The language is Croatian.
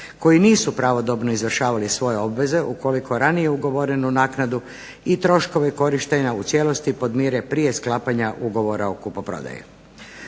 koji nisu pravodobno izvršavali svoje obveze ukoliko ranije ugovorenu naknadu i troškove korištenja u cijelosti podmire prije sklapanja Ugovora o kupoprodaji.